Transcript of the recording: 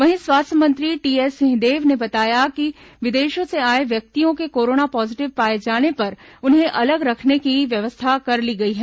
वहीं स्वास्थ्य मंत्री टीएस सिंहदेव ने बताया कि विदेशों से आए व्यक्तियों के कोरोना पॉजिटिव पाए जाने पर उन्हें अलग रखने की व्यवस्था कर ली गई है